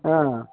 ఆ